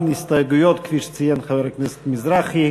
אין הסתייגויות, כפי שציין חבר הכנסת מזרחי.